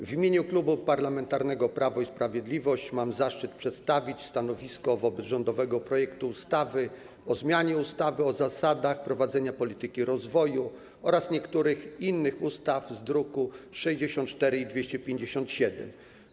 W imieniu Klubu Parlamentarnego Prawo i Sprawiedliwość mam zaszczyt przedstawić stanowisko wobec rządowego projektu ustawy o zmianie ustawy o zasadach prowadzenia polityki rozwoju oraz niektórych innych ustaw z druków nr 64 i 257.